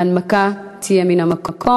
ההנמקה תהיה מן המקום.